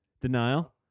Denial